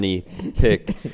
pick